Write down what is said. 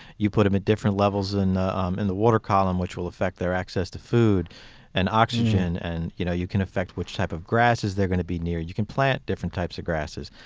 you put them at different levels in um in the water column, which will affect their access to food and oxygen, and you know you can affect which types of grasses they're going be near you can plant different types of grasses.